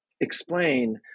explain